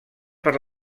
per